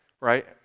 right